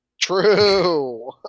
True